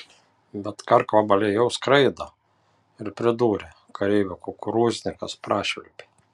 bet karkvabaliai jau skraido ir pridūrė kareivių kukurūznikas prašvilpė